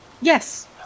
Yes